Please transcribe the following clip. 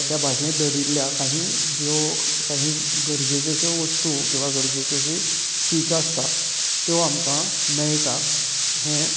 त्या भाशेंत दडिल्या काहीं ज्यो काहीं गरजेच्यो अश्यो वस्तू किंवां गरजेची अशी सीख आसता त्यो आमकां मेळटा हे